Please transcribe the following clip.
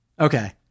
Okay